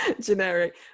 generic